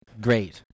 great